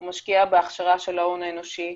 הוא משקיע בהכשרה של ההון האנושי,